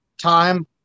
time